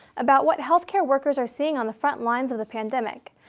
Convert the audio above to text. about what health care workers are seeing on the front lines of the pandemic.